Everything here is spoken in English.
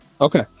okay